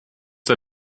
der